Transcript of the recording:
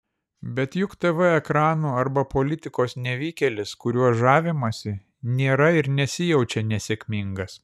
bet juk tv ekranų arba politikos nevykėlis kuriuo žavimasi nėra ir nesijaučia nesėkmingas